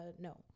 no